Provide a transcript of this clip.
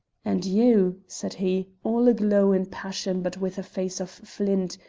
and you, said he, all aglow in passion but with a face of flint,